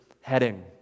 heading